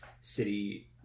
city